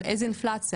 אבל איזה אינפלציה?